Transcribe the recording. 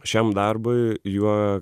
šiam darbui juo